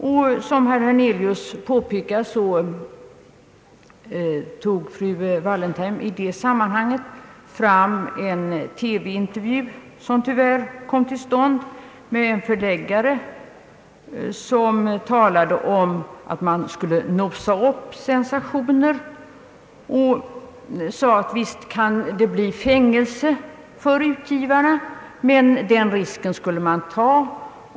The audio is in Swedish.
Såsom herr Hernelius påpekade, tog fru Wallentheim i detta sammanhang fram en TV-intervju, som tyvärr kom till stånd med en förläggare, vilken talade om att man skulle nosa upp sensationer. Förläggaren framhöll att det visserligen kunde bli fängelse för utgivarna, men den risken skulle man ta.